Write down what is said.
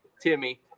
Timmy